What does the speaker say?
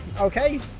Okay